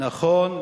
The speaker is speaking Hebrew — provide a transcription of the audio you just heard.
נכון.